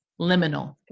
liminal